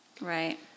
Right